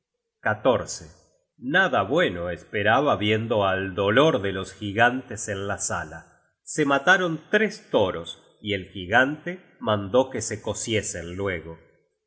enemigo nada bueno esperaba viendo al dolor de los gigantes en la sala se mataron tres toros y el gigante mandó que se cociesen luego y